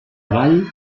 vall